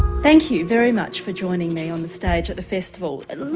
thank you very much for joining me on the stage at the festival. and look,